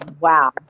wow